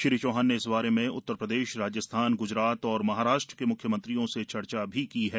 श्री चौहान ने इस बारे में उत्तरप्रदेश राजस्थान गुजरात एवं महाराष्ट्र के मुख्यमंत्रियों से चर्चा भी की है